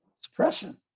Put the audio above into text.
Suppression